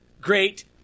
great